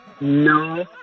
No